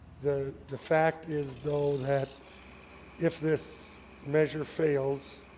the the fact is though that if this measure fails